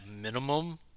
minimum